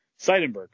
Seidenberg